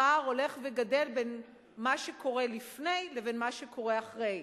פער הולך וגדל בין מה שקורה לפני לבין מה שקורה אחרי.